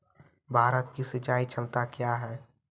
भारत की सिंचाई क्षमता क्या हैं?